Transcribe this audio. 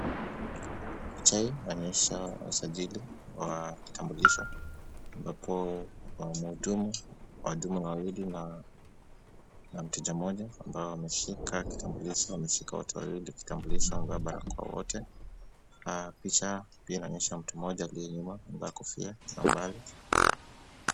Picha hii inaonyesha wasajili wa kitambulisho ambapo wahudumu wawili na mteja mmoja ambao wameshika kitambulisho, wameshika kitambulisho wote wawili, wamevaa barakoa wote. Picha inaonyesha mtu mmoja aliye nyuma amevaa kofia kwa mbali.